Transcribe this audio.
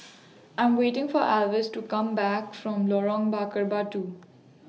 I Am waiting For Alvis to Come Back from Lorong Bakar Batu